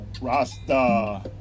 Rasta